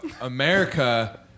America